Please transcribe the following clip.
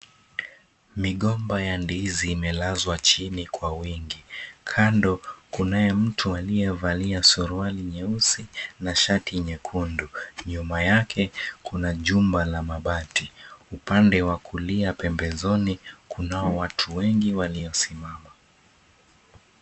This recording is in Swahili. Migomba ya ndizi imelazwa chini kwa wingi kando, kunaye mtu aliyevalia suruali nyeusi na shati nyekundu nyuma yake, kuna jumba la mabati upande wa kulia pembezoni kuna watu wengi waliosimama.